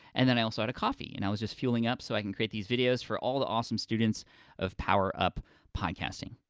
and then i also had a coffee, and i was just fueling up so i can create these videos for all the awesome students of power up podcasting.